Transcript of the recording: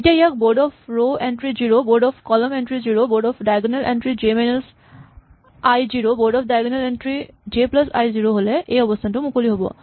এতিয়া ইয়াত board of row entry zero board of column entry zero board of diagonal entry j minus i zero board of diagonal entry j plus i zero হ'লে এই অৱস্হানটো মুকলি হ'ব